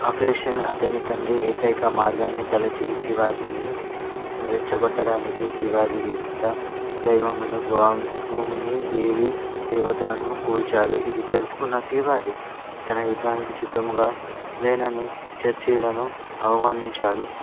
అఫేషన్ అతని తండ్రి ఏకైక మార్గాన్ని తలచి శివాజీని రెచ్చగొట్టడానికి శివాజీ ఇష్ట దైవమును భూమిని దేవి దేవతలను కూల్చాడు ఇది తెలుసుకున్న శివాజీ తన యుద్ధానికి సిద్ధముగా లేనని చర్చలకి ఆహ్వానించాడు